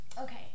Okay